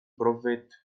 profit